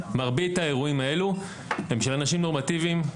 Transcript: מרבית האירועים האלה הם של אנשים נורמטיביים,